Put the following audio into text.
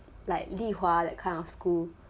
like 李华 that kind of school